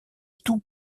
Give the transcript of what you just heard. tout